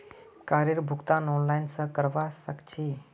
कारेर भुगतान ऑनलाइन स करवा सक छी